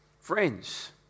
Friends